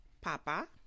Papa